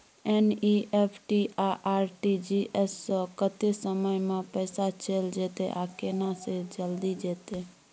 NEFT आ RTGS स कत्ते समय म पैसा चैल जेतै आ केना से जल्दी जेतै?